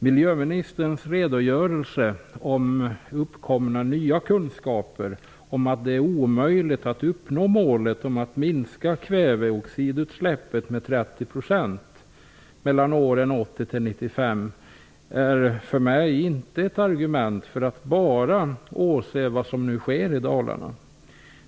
Miljöministerns redogörelse om uppkomna nya kunskaper om att det är omöjligt att uppnå målet att kväveoxidutsläppet skall minskas med 30 % mellan åren 1980 och 1995 är för mig inte ett argument för att bara se på vad som nu sker i Dalarna.